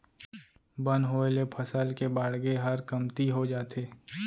बन होय ले फसल के बाड़गे हर कमती हो जाथे